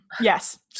Yes